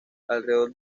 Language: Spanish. alrededor